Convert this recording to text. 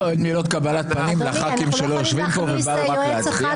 אין מילות קבלת פנים לח"כים שלא יושבים פה ובאו רק להצביע?